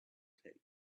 take